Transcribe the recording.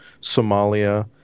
Somalia